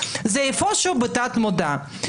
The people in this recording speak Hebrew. זה איפשהו בתת-המודע.